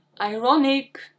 ironic